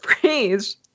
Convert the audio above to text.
phrase